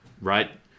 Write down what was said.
right